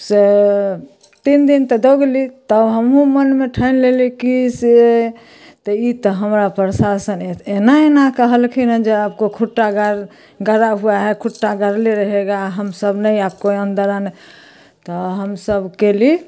से तीन दिन तऽ दौड़ली तऽ हमहूँ मोनमे ठानि लेली कि से तऽ ई तऽ हमरा प्रशासन एना एना कहलखिन हँ जे आपको खुट्टा गाड़ गड़ा हुआ है खुट्टा गड़ले रहेगा हमसभ नहि आपको अन्दर आने तऽ हमसभ कएली